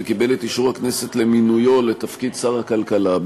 וקיבל את אישור הכנסת למינויו שר הכלכלה,